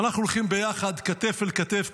ואנחנו הולכים ביחד כתף אל כתף,